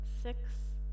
Six